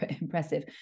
impressive